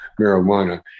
marijuana